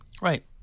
Right